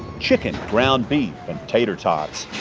chicken, ground beef and tater tots.